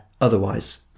otherwise